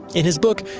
in his book,